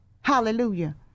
Hallelujah